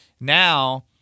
Now